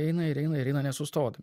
eina ir eina ir eina nesustodami